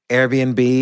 Airbnb